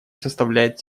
составляет